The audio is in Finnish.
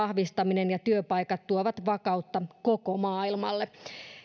vahvistaminen ja työpaikat tuovat vakautta koko maailmalle